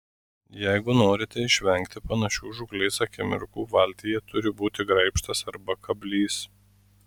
jeigu norite išvengti panašių žūklės akimirkų valtyje turi būti graibštas arba kablys